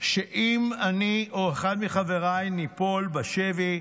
שאם אני" או אחד מחבריי "ניפול בשבי,